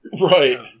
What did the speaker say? Right